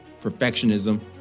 perfectionism